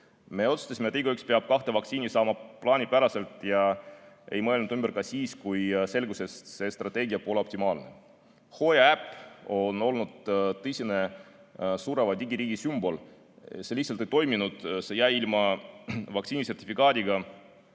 Me otsustasime, et igaüks peab kaks vaktsiini saama plaanipäraselt, ja ei mõelnud ümber ka siis, kui selgus, et see strateegia pole optimaalne. HOIA äpp on olnud tõsine sureva digiriigi sümbol. See lihtsalt ei toiminud, see jäi ilma vaktsiinisertifikaadiga